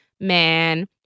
man